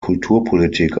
kulturpolitik